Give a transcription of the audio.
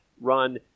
run